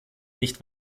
nicht